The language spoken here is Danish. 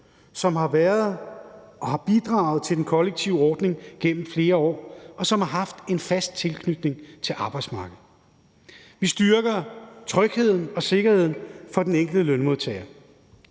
og har bidraget til den kollektive ordning gennem flere år, og som har haft en fast tilknytning til arbejdsmarkedet. Vi styrker trygheden og sikkerheden for den enkelte lønmodtager.